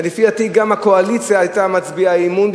לפי דעתי גם הקואליציה היתה מצביעה אי-אמון,